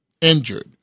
injured